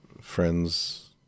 friend's